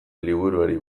liburuari